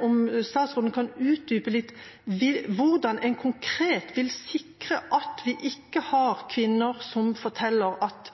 om statsråden kan utdype litt hvordan en konkret vil sikre at vi ikke har kvinner som forteller at